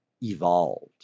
evolved